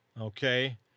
Okay